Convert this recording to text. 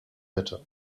better